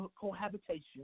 cohabitation